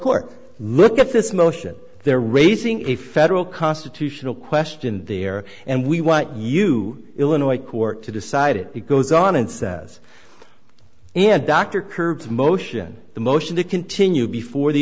court look at this motion they're raising a federal constitutional question there and we want you illinois court to decide it be goes on and says and dr curbs motion the motion to continue before the